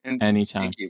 Anytime